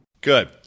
Good